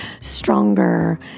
stronger